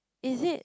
is it